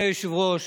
אדוני היושב-ראש,